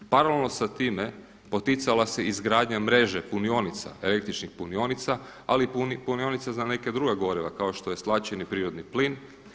Paralelno sa time poticala se izgradnja mreže punionica, električnih punionica, ali i punionica za neka druga goriva kao što je stlačeni prirodni plin.